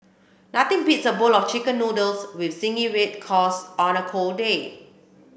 nothing beats a bowl of chicken noodles with zingy red sauce on a cold day